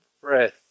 breath